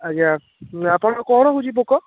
ଆଜ୍ଞା ଆପଣ କ'ଣ ହେଉଛି ପୋକ